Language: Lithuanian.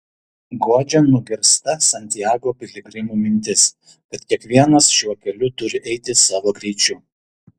guodžia nugirsta santiago piligrimų mintis kad kiekvienas šiuo keliu turi eiti savo greičiu